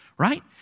right